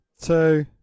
two